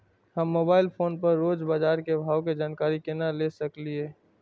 हम mobile phone पर रोज बाजार के भाव के जानकारी केना ले सकलिये?